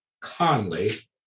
Conley